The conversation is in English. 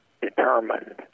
determined